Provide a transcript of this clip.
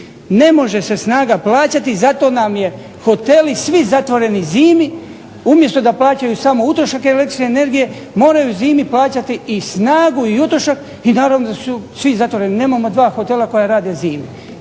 Ne može se snaga plaćati, zato su nam hoteli svi zatvoreni zimi. Umjesto da plaćaju samo utrošak električne energije moraju zimi plaćati i snagu i utrošak i naravno da su svi zatvoreni. Nemamo 2 hotela koja rade zimi.